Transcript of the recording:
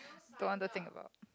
don't want to think about